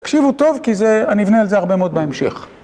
תקשיבו טוב כי זה, אני אבנה על זה הרבה מאוד בהמשך.